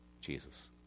Jesus